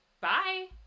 Bye